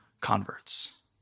converts